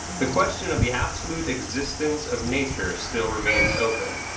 the question of the absolute existence of nature still remains open.